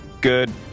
Good